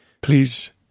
please